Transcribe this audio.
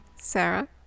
Sarah